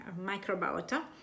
microbiota